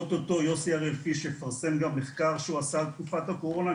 אוטוטו יוסי הראל-פיש יפרסם גם מחקר שהוא עשה על תקופת הקורונה,